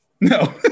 No